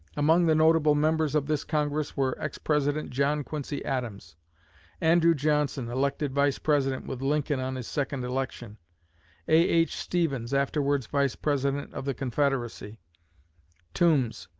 among the notable members of this congress were ex-president john quincy adams andrew johnson, elected vice-president with lincoln on his second election a h. stephens, afterwards vice-president of the confederacy toombs,